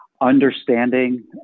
Understanding